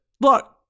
look